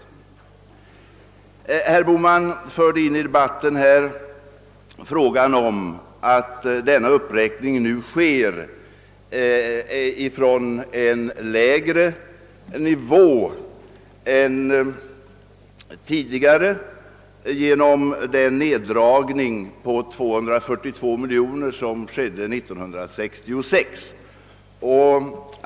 Herr Bohman sade i debatten att denna uppräkning nu sker från en lägre nivå än tidigare på grund av att anslaget 1966 drogs ned med 242 miljoner kronor.